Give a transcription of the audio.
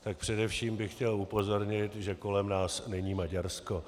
Tak především bych chtěl upozornit, že kolem nás není Maďarsko.